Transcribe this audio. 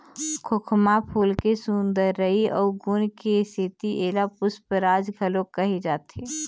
खोखमा फूल के सुंदरई अउ गुन के सेती एला पुस्पराज घलोक कहे जाथे